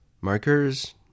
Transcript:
Markers